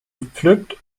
gepflückt